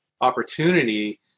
opportunity